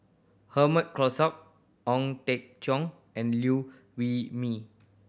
Herman Hochstadt Ong Teng Cheong and Liew Wee Mee